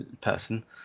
person